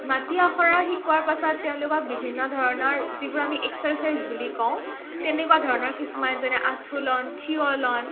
মাটি আখৰা শিকোৱাৰ পাছত তেওঁলোকক বিভিন্ন ধৰণৰ যিবোৰ আমি এক্সাৰচাইজ বুলি কওঁ তেনেকুৱা ধৰণৰ কিছুমান যেনে আঠুলন ঠিয়লন